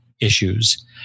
issues